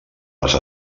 les